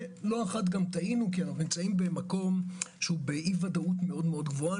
לא אחת גם טעינו כי אנו נמצאים באי-ודאות מאוד גבוהה.